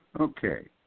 Okay